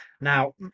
Now